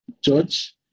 George